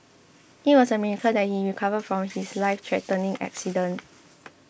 it was a miracle that he recovered from his lifethreatening accident